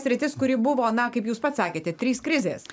sritis kuri buvo na kaip jūs pats sakėte trys krizės